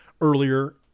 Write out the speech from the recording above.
earlier